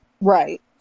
right